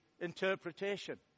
interpretation